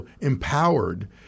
empowered